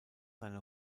seine